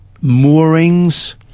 moorings